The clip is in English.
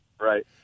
Right